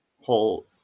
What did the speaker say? whole